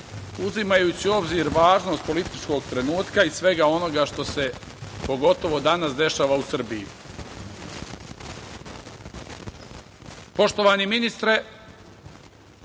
uzimajući u obzir važnost političkog trenutka i svega onoga što se, pogotovo danas, dešava u Srbiji. Poštovani ministre,